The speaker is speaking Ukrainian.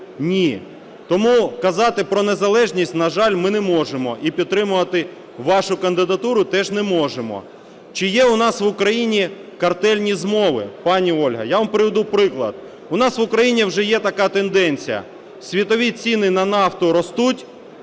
ні? Тому казати про незалежність, на жаль, ми не можемо. І підтримувати вашу кандидатуру теж не можемо. Чи є у нас в Україні картельні змови, пані Ольго? Я вам приведу приклад. У нас в Україні вже є така тенденція: світові ціни на нафту ростуть